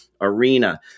arena